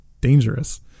dangerous